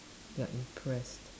you're impressed